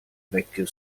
vecchio